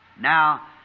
Now